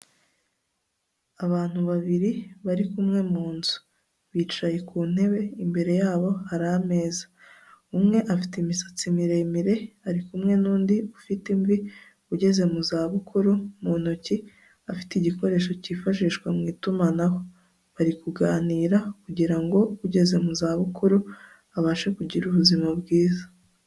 Abantu babiri bari kumwe mu nzu, bicaye ku ntebe imbere yabo hari ameza, umwe afite imisatsi miremire ari kumwe n'undi ufite imvi ugeze mu zabukuru, mu ntoki afite igikoresho cyifashishwa mu itumanaho, bari kuganira kugira ngo ugeze mu zabukuru abashe kugira ubuzima bwiza.